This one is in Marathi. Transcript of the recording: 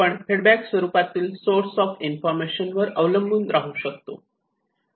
आपण फीडबॅक स्वरूपातील सोर्स ऑफ इन्फॉर्मेशन अवलंबून राहू शकतो